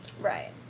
Right